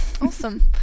awesome